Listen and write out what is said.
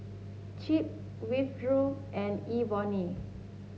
Chip Winthrop and Ebony